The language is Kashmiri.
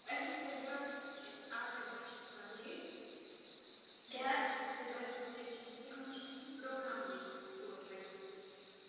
کیاہ